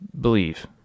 believe